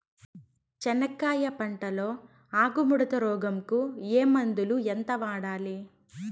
చెనక్కాయ పంట లో ఆకు ముడత రోగం కు ఏ మందు ఎంత వాడాలి?